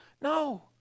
No